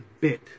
bit